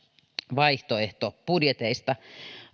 vaihtoehtobudjeteista